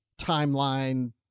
timeline